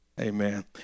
amen